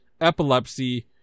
Epilepsy